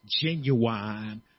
Genuine